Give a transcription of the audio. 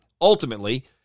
ultimately